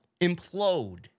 implode